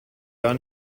gar